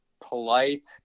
polite